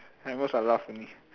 at most I laugh only